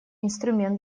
инструмент